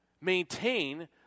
maintain